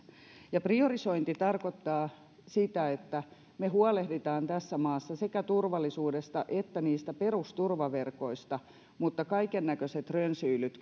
priorisointi tarkoittaa sitä että me huolehdimme tässä maassa sekä turvallisuudesta että perusturvaverkoista mutta kaiken näköiset rönsyilyt